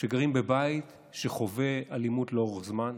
שגרים בבית שחווה אלימות לאורך זמן?